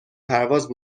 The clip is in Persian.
پرواز